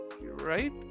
right